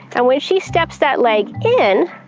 and when she steps that leg in,